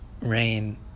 Rain